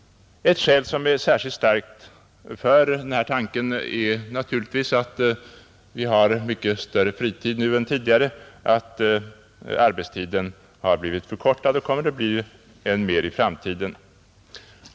Ett skäl som särskilt starkt talar för den tanken är naturligtvis att vi har mycket mera fritid nu än tidigare, att arbetstiden har blivit förkortad och kommer att bli det ännu mer i framtiden.